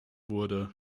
wurde